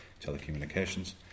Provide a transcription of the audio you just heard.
telecommunications